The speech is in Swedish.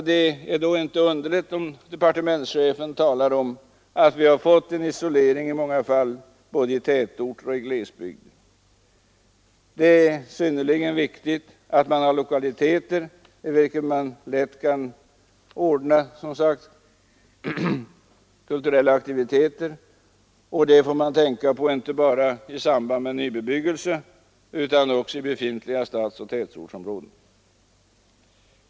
Det är då inte underligt att departementschefen talar om att vi fått en isolering i många fall både i tätorter och i glesbygder. Det är synnerligen viktigt att det finns lokaliteter i vilka lätt kan ordnas kulturella aktiviteter. Det måste man tänka på inte bara i samband med nybebyggelse utan också i befintliga stadsoch tätortsområden.